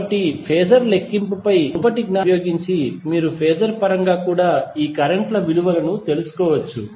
కాబట్టి ఫేజర్ లెక్కింపుపై మీ మునుపటి జ్ఞానాన్ని ఉపయోగించి మీరు ఫేజర్ పరంగా కూడా ఈ కరెంట్ ల విలువను తెలుసుకోవచ్చు